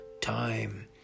time